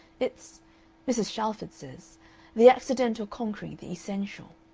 it's mrs. shalford says the accidental conquering the essential.